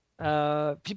People